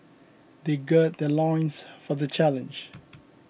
they gird their loins for the challenge